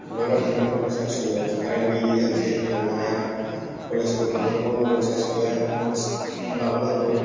बबेबा थांनो थथ' सार्ज होनो कारेन्त गैयि जानोसै थांनो हाया कलेजफोर थानांगौ मबाइल सार्ज गैया नत्स लाबोनांगौ